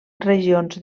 regions